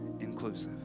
inclusive